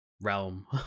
realm